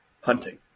hunting